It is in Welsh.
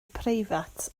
preifat